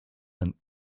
and